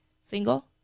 Single